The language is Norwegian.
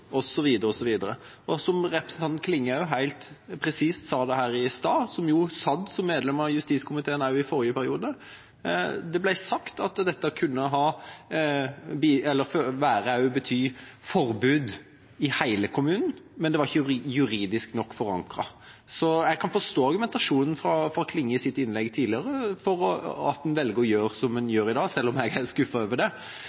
Som representanten Klinge helt presist sa det i stad – hun satt som medlem av justiskomiteen også i forrige periode – at dette kunne bety forbud i hele kommunen, men det var ikke juridisk nok forankret. Så jeg kan forstå argumentasjonen til Klinge i hennes innlegg tidligere for at hun velger å gjøre som hun gjør i dag, selv om jeg er skuffet over det.